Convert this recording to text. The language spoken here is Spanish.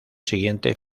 siguiente